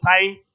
time